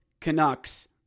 Canucks